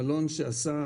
מלון שעשה